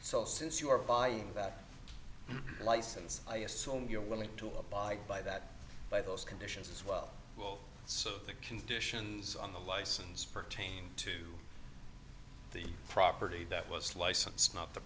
so since you are buying that license i assume you're willing to abide by that by those conditions as well so the conditions on the license pertain to the property that was licensed not the